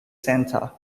santa